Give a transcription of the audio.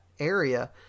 area